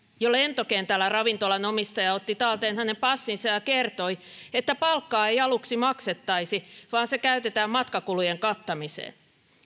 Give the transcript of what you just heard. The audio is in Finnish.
jo lentokentällä ravintolan omistaja otti talteen hänen passinsa ja kertoi että palkkaa ei aluksi maksettaisi vaan se käytetään matkakulujen kattamiseen